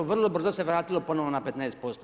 Vrlo brzo se vratilo ponovo na 15%